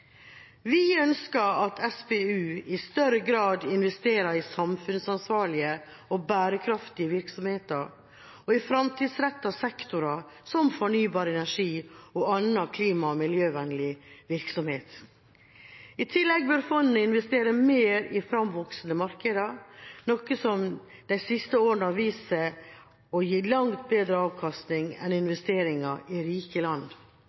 Vi ønsker at SPU i større grad investerer i samfunnsansvarlige og bærekraftige virksomheter og i fremtidsrettede sektorer som fornybar energi og annen klima- og miljøvennlig virksomhet. I tillegg bør fondet investere mer i fremvoksende markeder, noe som de siste årene har vist seg å gi langt bedre avkastning enn investeringer i rike land.